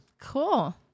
Cool